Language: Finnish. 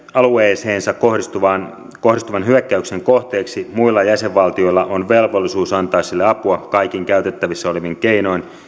alueeseensa kohdistuvan kohdistuvan hyökkäyksen kohteeksi muilla jäsenvaltioilla on velvollisuus antaa sille apua kaikin käytettävissä olevin keinoin